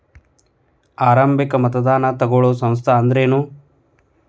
ಆರಂಭಿಕ್ ಮತದಾನಾ ತಗೋಳೋ ಸಂಸ್ಥಾ ಅಂದ್ರೇನು?